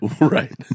Right